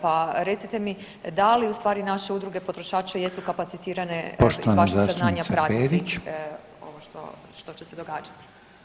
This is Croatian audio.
Pa recite mi da i ustvari naše udruge potrošača jesu [[Upadica Reiner: Poštovana zastupnica Perić.]] kapacitirane iz vašeg saznanja pratiti ovo što će se događati?